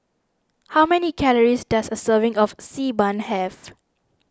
how many calories does a serving of Xi Ban have